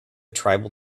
tribal